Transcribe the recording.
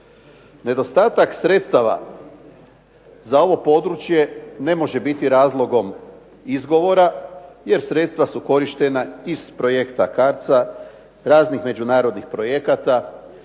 Nedostatak sredstava za ovo područje ne može biti razlogom izgovora, jer sredstva su korištena iz projekta CARDS-a, raznih međunarodnih projekata,